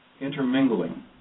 intermingling